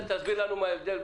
תסביר לנו מה ההבדל,